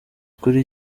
kuri